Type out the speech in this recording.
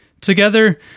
Together